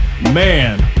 Man